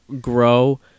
grow